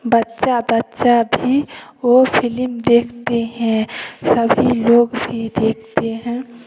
बच्चा बच्चा भी वो फिल्म देखते हैं सभी लोग भी देखते हैं